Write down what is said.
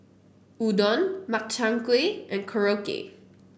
Udon Makchang Gui and Korokke